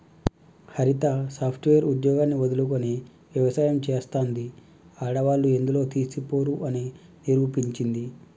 హరిత software ఉద్యోగాన్ని వదులుకొని వ్యవసాయం చెస్తాంది, ఆడవాళ్లు ఎందులో తీసిపోరు అని నిరూపించింది